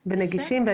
מופיעים ונגישים.